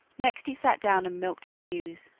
next he sat down and milked his ewes,